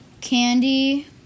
Candy